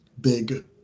big